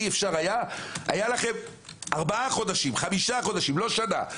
היו לכם ארבעה חמישה חודשים, לא שנה.